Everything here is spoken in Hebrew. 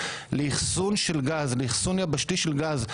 לאחסון יבשתי של גז.